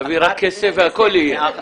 תביא רק כסף והכול יהיה.